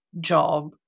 job